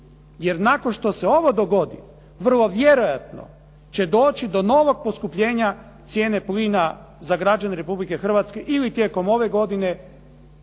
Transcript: Jer nakon što se ovo dogodi, vrlo vjerojatno će doći do novog poskupljenja cijene plina za građane Republike Hrvatske ili tijekom ove godine,